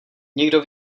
nikdo